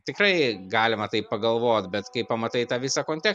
tikrai galima taip pagalvot bet kai pamatai tą visą kontek